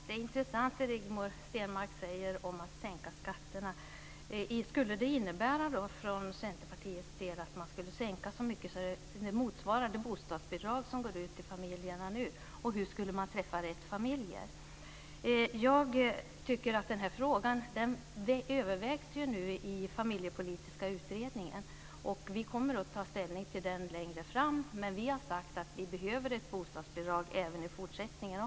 Herr talman! Det som Rigmor Stenmark säger om att sänka skatterna är intressant. Skulle det innebära att Centerpartiet vill sänka skatterna så mycket att det motsvarar de bostadsbidrag som nu betalas ut till familjerna? Hur skulle man då träffa rätt familjer? Den här frågan övervägs ju nu i Familjepolitiska utredningen, och vi kommer längre fram att ta ställning till den. Vi har sagt att det behövs ett bostadsbidrag också i fortsättningen.